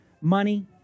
money